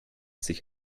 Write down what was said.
sich